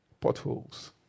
potholes